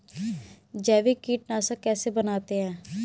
जैविक कीटनाशक कैसे बनाते हैं?